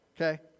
Okay